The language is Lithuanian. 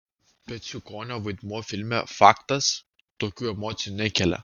peciukonio vaidmuo filme faktas tokių emocijų nekelia